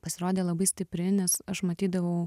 pasirodė labai stipri nes aš matydavau